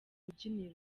rubyiniro